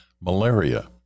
malaria